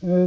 3.